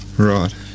Right